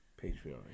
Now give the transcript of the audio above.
Patreon